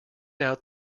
out